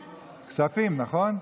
כספים, נכון?